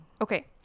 Okay